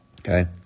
Okay